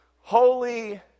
Holy